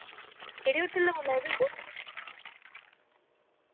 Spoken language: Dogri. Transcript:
केह्ड़े होटल दा बोल्ला दे तुस